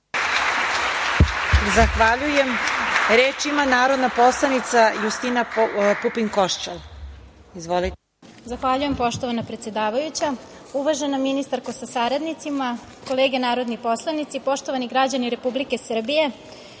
Zahvaljujem. Reč ima narodna poslanica Justina Pupin Košćal. Izvolite. **Justina Pupin Košćal** Zahvaljujem poštovana predsedavajuća, uvažena ministarko, sa saradnicima, kolege narodni poslanici, poštovani građani Republike Srbije,